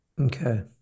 Okay